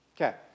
Okay